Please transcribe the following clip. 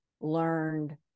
learned